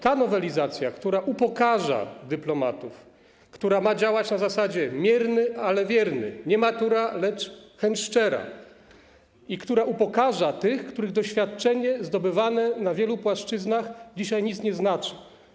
To nowelizacja, która upokarza dyplomatów, która ma działać na zasadzie ˝mierny, ale wierny˝, ˝nie matura, lecz chęć szczera˝ i która upokarza tych, których doświadczenie zdobywane na wielu płaszczyznach dzisiaj nic nie znaczy.